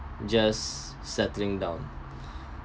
just settling down